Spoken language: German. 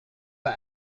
bei